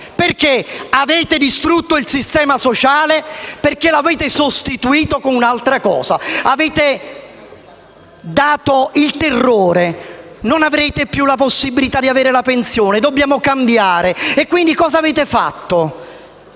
Avete distrutto il sistema sociale e l'avete sostituito con un'altra cosa. Avete diffuso il terrore: non avrete più la possibilità di prendere la pensione. Dobbiamo cambiare. Quindi che cosa avete fatto?